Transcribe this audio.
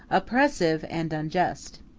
oppressive, and unjust.